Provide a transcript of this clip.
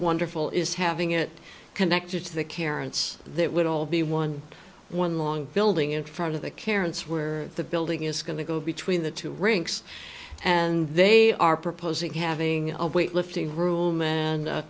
wonderful is having it connected to the carrots that would all be one one long building in front of the carrots where the building is going to go between the two rinks and they are proposing having a weightlifting ruhlman and